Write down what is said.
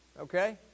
okay